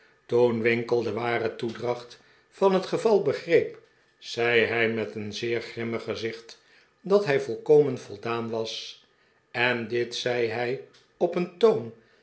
toen winkle de ware toedracht van het geval begreep zei hij met een zeer grimmig gezicht dat hij volkomen voldaari was en dit zei hij op een toon